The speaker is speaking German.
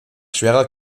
schwerer